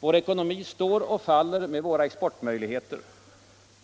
Vår ekonomi står och faller med våra exportmöjligheter.